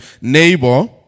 neighbor